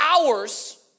hours